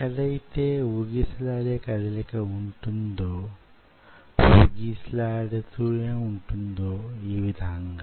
ఎక్కడైతే వూగిసలాడే కదలిక వుంటుందో వూగిసలాడుతూ వుంటుందో యీ విధంగా